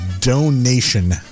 donation